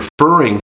referring